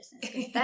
business